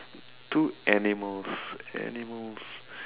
two animals animals